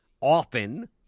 often